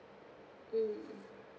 mm